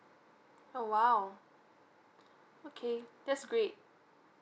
oh !wow! okay that's great